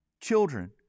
children